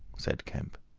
said kemp.